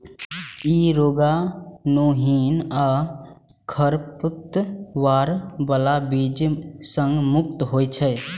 ई रोगाणुहीन आ खरपतवार बला बीज सं मुक्त होइ छै